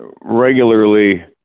regularly